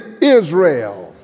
Israel